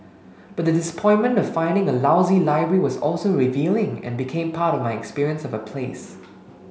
but the disappointment of finding a lousy library was also revealing and became part of my experience of a place